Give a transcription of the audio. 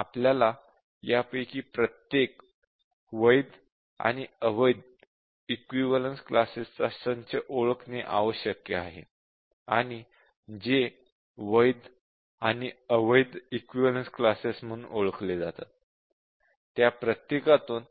आपल्याला यापैकी प्रत्येक वैध आणि अवैध इक्विवलेन्स क्लासेस चा संच ओळखणे आवश्यक आहे आणि जे वैध आणि अवैध इक्विवलेन्स क्लास म्हणून ओळखले जातात त्या प्रत्येका तून